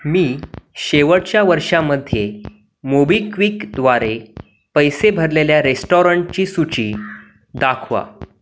मी शेवटच्या वर्षामध्ये मोबिक्विकद्वारे पैसे भरलेल्या रेस्टॉरंटची सूची दाखवा